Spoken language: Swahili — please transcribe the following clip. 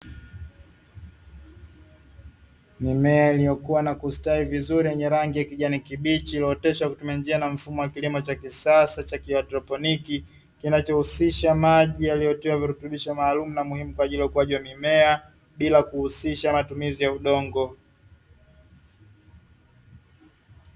Mimea iliyokuwa na kustawi vizuri yenye rangi ya kijani kibichi, iliyooteshwa kwa kutumia njia na mfumo wa kilimo cha kisasa cha kihaidroponi, kinachohusisha maji yaliyotiwa virutubisho maalumu na muhimu kwa ajili ya ukuaji wa mimea bila kuhusisha matumizi ya udongo.